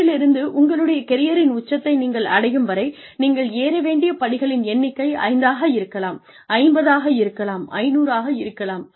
இன்றிலிருந்து உங்களுடைய கெரியரின் உச்சத்தை நீங்கள் அடையும் வரை நீங்கள் ஏற வேண்டிய படிகளின் எண்ணிக்கை ஐந்தாக இருக்கலாம் 50 ஆக இருக்கலாம் 500 ஆக இருக்கலாம்